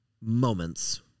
moments